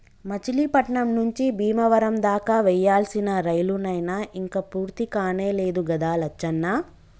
మచిలీపట్నం నుంచి బీమవరం దాకా వేయాల్సిన రైలు నైన ఇంక పూర్తికానే లేదు గదా లచ్చన్న